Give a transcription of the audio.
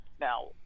now